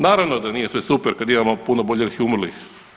Naravno da nije sve super kad imamo puno oboljelih i umrlih.